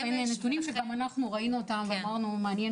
אלה נתונים שגם אנחנו ראינו ואמרנו, מעניין